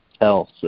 else